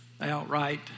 outright